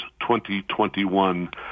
2021